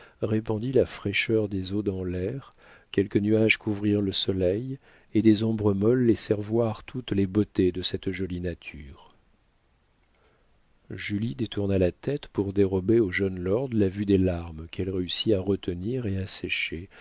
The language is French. répandit la fraîcheur des eaux dans l'air quelques nuages couvrirent le soleil et des ombres molles laissèrent voir toutes les beautés de cette jolie nature julie détourna la tête pour dérober au jeune lord la vue des larmes qu'elle réussit à retenir et à sécher